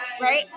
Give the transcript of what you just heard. right